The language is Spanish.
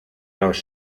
los